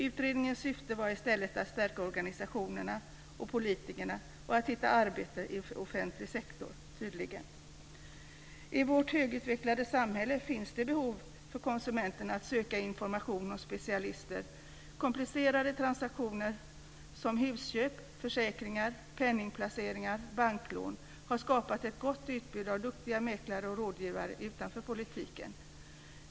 Utredningens syfte var tydligen i stället att stärka organisationerna och politikerna och att hitta arbete i offentlig sektor. I vårt högutvecklade samhälle finns det behov för konsumenten att söka information hos specialister. Komplicerade transaktioner, som gäller husköp, försäkringar, penningplaceringar och banklån, har skapat ett gott utbud av duktiga mäklare och rådgivare utanför politiken.